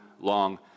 long